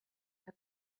how